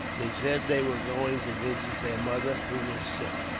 they said they were going to visit their mother, who was sick.